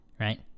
Right